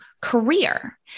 career